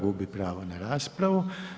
Gubi pravo na raspravu.